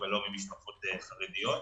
לא ממשפחות חרדיות.